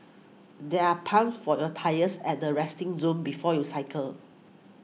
there are pumps for your tyres at the resting zone before you cycle